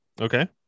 okay